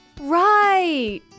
Right